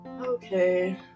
Okay